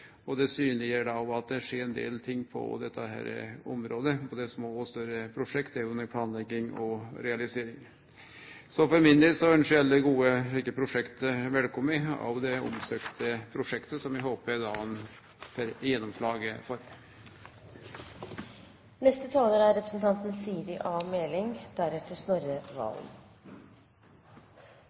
Det synleggjer òg at det skjer ein del ting på dette området. Både små og større prosjekt er under planlegging og realisering. For min del ønskjer eg alle slike gode prosjekt velkomen, òg dette prosjektet som det er søkt om, og som eg håper ein får gjennomslag for. Det er